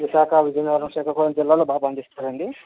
విశాఖ విజయనగరం శ్రీకాకుళం జిల్లాలో బాగా పండిస్తారండి